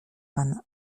pan